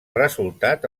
resultat